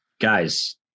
guys